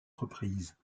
reprises